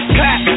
clap